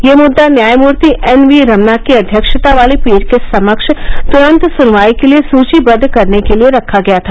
यह मृद्दा न्यायमूर्ति एन वी रमना की अध्यक्षता वाली पीठ के समक्ष तुरन्त सनवाई के लिए सुचीबद्ध करने के लिए रखा गया था